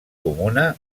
comuna